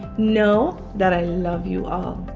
know that i love you. all!